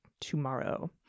tomorrow